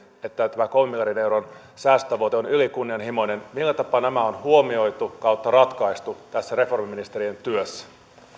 että tämä tämä kolmen miljardin euron säästötavoite on ylikunnianhimoinen on huomioitu ja ratkaistu tässä reformiministerien työssä